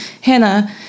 Hannah